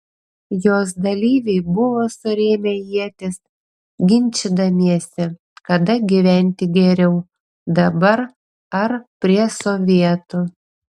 jos dalyviai buvo surėmę ietis ginčydamiesi kada gyventi geriau dabar ar prie sovietų